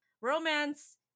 Romance